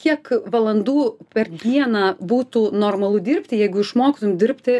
kiek valandų per dieną būtų normalu dirbti jeigu išmoktum dirbti